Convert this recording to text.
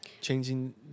Changing